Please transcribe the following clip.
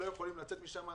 הם לא יכולים לצאת משם,